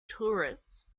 tourists